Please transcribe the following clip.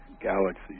galaxy